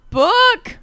book